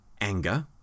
Anger